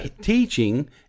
teaching